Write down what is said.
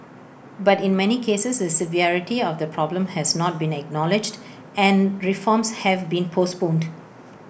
but in many cases the severity of the problem has not been acknowledged and reforms have been postponed